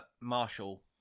Marshall